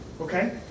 Okay